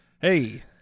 Hey